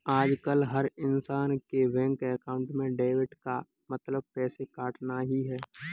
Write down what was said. आजकल हर इन्सान के बैंक अकाउंट में डेबिट का मतलब पैसे कटना ही है